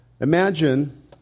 Imagine